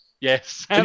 Yes